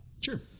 Sure